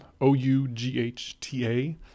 O-U-G-H-T-A